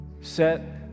Set